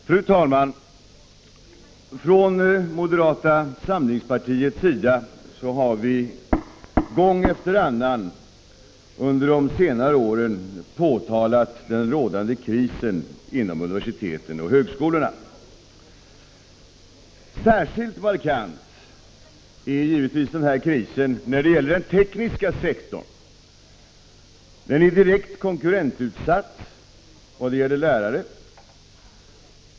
Fru talman! Från moderata samlingspartiets sida har vi gång efter annan under de senare åren påtalat den rådande krisen inom universiteten och högskolorna. Särskilt markant är givetvis denna kris när det gäller den tekniska sektorn. Den är direkt konkurrensutsatt vad gäller lärare.